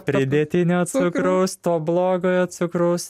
pridėtinio cukraus to blogojo cukraus